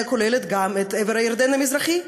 כוללת גם את עבר הירדן המזרחי.